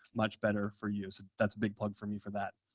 much better for you. so that's a big plug for me for that.